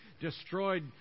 destroyed